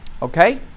Okay